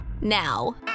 now